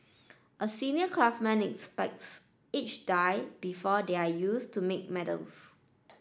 a senior craftsman inspects each die before they are used to make medals